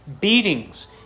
beatings